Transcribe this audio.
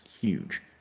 huge